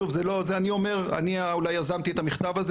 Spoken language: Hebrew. שוב זה המכתב שלנו,